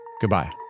goodbye